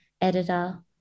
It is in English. editor